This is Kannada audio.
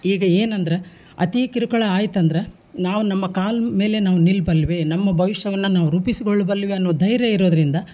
ಈಗ ಏನಂದ್ರೆ ಅತಿ ಕಿರುಕುಳ ಆಯ್ತಂದ್ರೆ ನಾವು ನಮ್ಮ ಕಾಲ ಮೇಲೆ ನಾವು ನಿಲ್ಬಲ್ವು ನಮ್ಮ ಭವಿಷ್ಯವನ್ನು ನಾವು ರೂಪಿಸ್ಕೊಳ್ಳ ಬಲ್ವಿ ಅನ್ನೋ ಧೈರ್ಯ ಇರೋದರಿಂದ